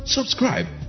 Subscribe